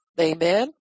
Amen